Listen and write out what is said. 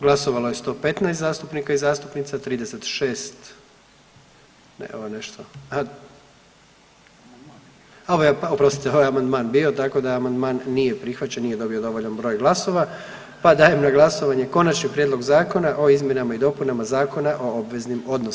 Glasovalo je 115 zastupnika i zastupnica, 36, ovo nešto, aha, oprostite ovaj amandman je bio, tako da amandman nije prihvaćen, nije dobio dovoljan broj glasova, pa dajem na glasovanje Konačni prijedlog zakona o izmjenama i dopunama Zakona o obveznim odnosima.